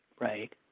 Right